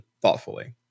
thoughtfully